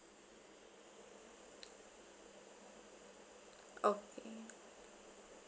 okay